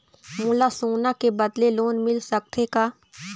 मोला सोना के बदले लोन मिल सकथे का?